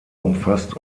umfasst